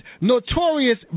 notorious